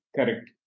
Correct